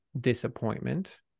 disappointment